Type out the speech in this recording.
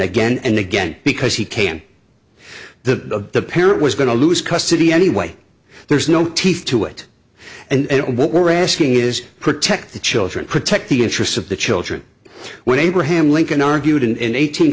again and again because he can the parent was going to lose custody anyway there's no teeth to it and what we're asking is protect the children protect the interests of the children when abraham lincoln argued and eight